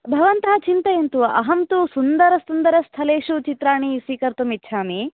भवन्तः चिन्तयन्तु अहं तु सुन्दरसुन्दरस्थलेषु चित्राणि स्वीकर्तुम् इच्छामि